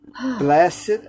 Blessed